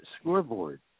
scoreboard